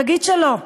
תגיד שלא.